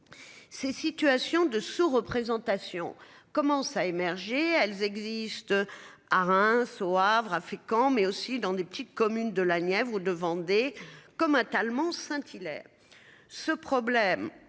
Ces situations de représentation commencent à émerger. Elles existent à Reims au Havre à Fécamp mais aussi dans des petites communes de la Nièvre ou de Vendée comme à Talmont Saint-Hilaire. Ce problème